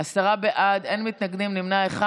עשרה בעד, אין מתנגדים, נמנע אחד.